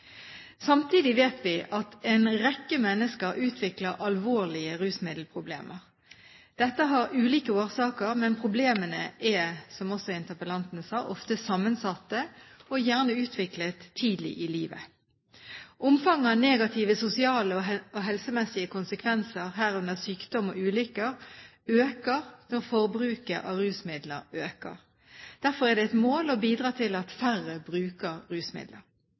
Samtidig vet vi at en rekke mennesker utvikler alvorlige rusmiddelproblemer. Dette har ulike årsaker, men problemene er, som også interpellanten sa, ofte sammensatte og gjerne utviklet tidlig i livet. Omfanget av negative sosiale og helsemessige konsekvenser, herunder sykdom og ulykker, øker når forbruket av rusmidler øker. Derfor er det et mål å bidra til at færre bruker rusmidler.